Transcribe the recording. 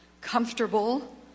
comfortable